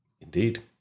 Indeed